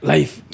Life